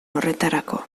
horretarako